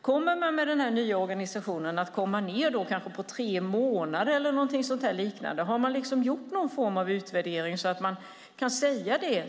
Kommer man med den nya organisationen att komma ned till kanske tre månader eller något sådant? Har man gjort någon form av utvärdering så att man kan säga det